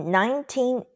nineteen